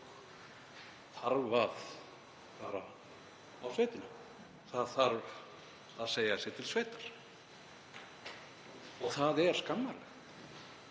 þarf að fara á sveitina, það þarf að segja sig til sveitar og það er skammarlegt.